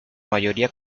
mayoría